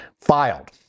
filed